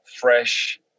fresh